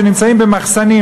שנמצאים במחסנים,